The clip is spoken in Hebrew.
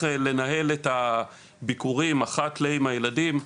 לנהל את הביקורים אחת לכמה זמן עם הילדים,